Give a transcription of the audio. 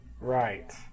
right